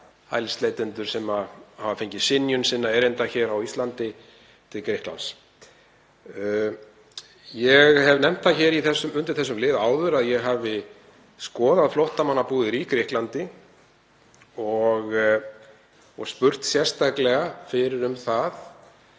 hælisleitendur, sem hafa fengið synjun sinna erinda á Íslandi, til Grikklands. Ég hef áður nefnt undir þessum lið að ég hef skoðað flóttamannabúðir í Grikklandi og spurst sérstaklega fyrir um það